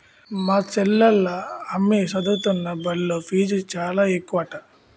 మా చెల్లోల అమ్మి సదువుతున్న బల్లో ఫీజు చాలా ఎక్కువట